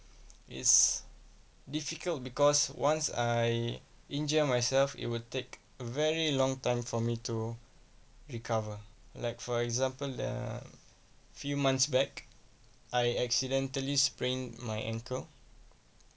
it's difficult because once I injure myself it will take a very long time for me to recover like for example uh few months back I accidentally sprained my ankle